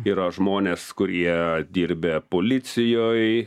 yra žmonės kurie dirbę policijoj